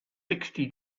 sixty